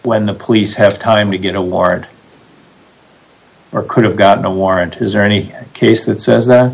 when the police have time to get a warrant or could have gotten a warrant is there any case that says